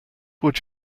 would